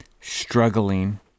struggling